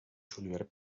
julivert